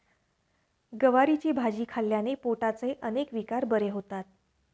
गवारीची भाजी खाल्ल्याने पोटाचे अनेक विकार बरे होतात